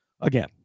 Again